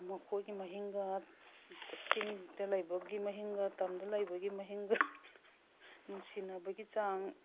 ꯃꯈꯣꯏꯒꯤ ꯃꯍꯤꯡꯒ ꯆꯤꯡꯗ ꯂꯩꯕꯒꯤ ꯃꯍꯤꯡꯒ ꯇꯝꯗ ꯂꯩꯕꯒꯤ ꯃꯍꯤꯡꯒ ꯅꯨꯡꯁꯤꯅꯕꯒꯤ ꯆꯥꯡ